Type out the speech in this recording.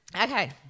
Okay